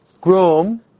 groom